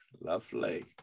lovely